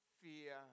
fear